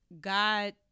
God